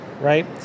right